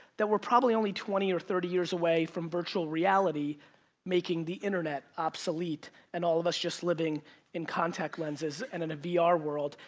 that we're probably only twenty or thirty years away from virtual reality making the internet obsolete and all of us just living in contact lenses and in a vr ah world,